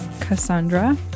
Cassandra